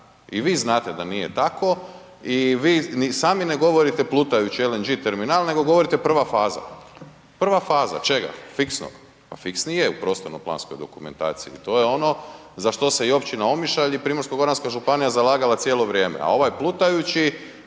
i vi znate da nije tako i vi ni sami ne govorite plutajući LNG terminal nego govorite prva faza, prva faza, čega, fiksnog, pa fiksni je u prostorno planskoj dokumentaciji, to je ono za što se i općina Omišalj i Primorsko-goranska županija zalagala cijelo vrijeme, a ovaj plutajući